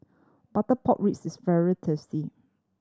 butter pork ribs is very tasty